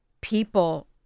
people